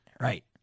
Right